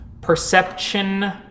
Perception